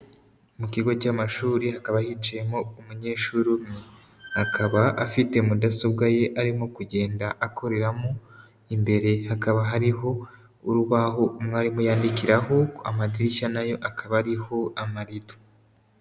Mu kigo cy'amashuri, hakaba yiciyemo umunyeshuri umwe. Akaba afite mudasobwa ye arimo kugenda akoreramo, imbere hakaba hariho urubaho umwarimu yandikiraho, amadirishya nayo akaba ariho amarido.